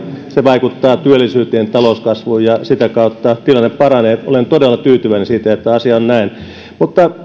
se vaikuttaa työllisyyteen talouskasvuun ja sitä kautta tilanne paranee olen todella tyytyväinen siitä että asia on näin mutta